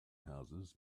houses